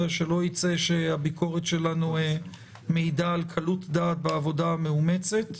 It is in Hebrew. שלא יצא שהביקורת שלנו מעידה על קלות דעת בעבודה המאומצת.